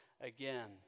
again